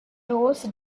rose